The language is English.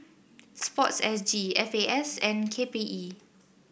sports S G F A S and K P E